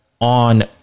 On